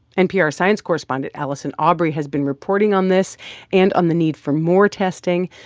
npr science correspondent allison aubrey has been reporting on this and on the need for more testing.